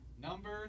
Number